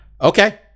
okay